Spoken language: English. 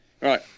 Right